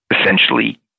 essentially